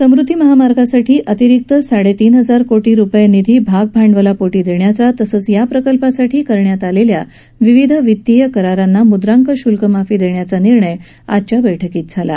समृदधी महामार्गासाठी अतिरिक्त साडेतीन हजार कोटी रुपये निधी भाग भांडवलापोटी देण्याचा तसंच या प्रकल्पासाठी करण्यात आलेल्या विविध वितीय करारांना मुद्रांक श्ल्क माफी देण्याचा निर्णय आजच्या बैठकीत झाला